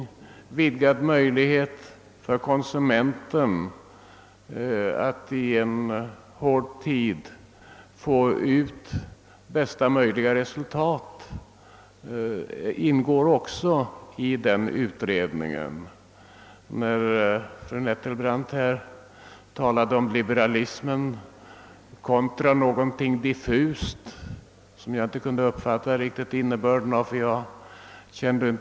Frågan om vidgade möjligheter för konsumenten att i en hård tid få bästa möjliga resultat ingår också i utredningen. Fru Nettelbrandt talade om liberalismen kontra någonting diffust som jag inte riktigt kunde uppfatta innebörden av.